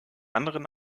anderen